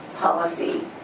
Policy